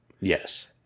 Yes